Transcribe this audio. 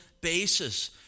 basis